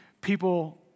people